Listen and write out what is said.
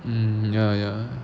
mm ya ya